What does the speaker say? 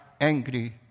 angry